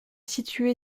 située